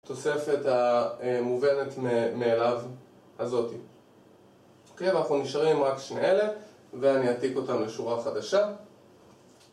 תוספת המובנת מאליו הזאתי אוקיי, אנחנו נשארים רק שני אלה ואני אעתיק אותם לשורה חדשה